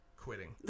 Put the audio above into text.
quitting